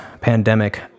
pandemic